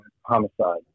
homicide